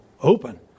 open